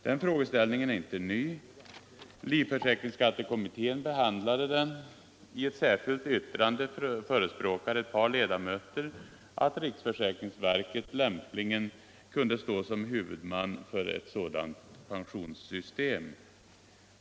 Den frågeställningen är inte ny. Livförsäkringsskattekommittén behandlade den. I ett särskilt yttrande förespråkade ett par ledamöter att riksförsäkringsverket lämpligen kunde stå som huvudman för ett sådant pensionssystem.